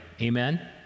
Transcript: Amen